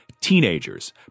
Teenagers